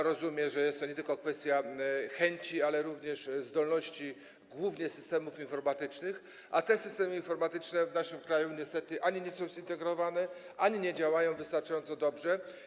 Rozumiem, że jest to kwestia nie tylko chęci, ale również zdolności, głównie systemów informatycznych, a te systemy informatyczne w naszym kraju niestety ani nie są zintegrowane, ani nie działają wystarczająco dobrze.